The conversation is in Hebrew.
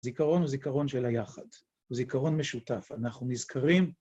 זיכרון הוא זיכרון של היחד, הוא זיכרון משותף. אנחנו נזכרים.